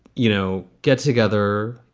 you know, get together,